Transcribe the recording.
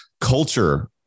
culture